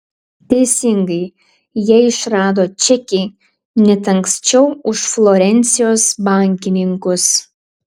teisingai jie išrado čekį net anksčiau už florencijos bankininkus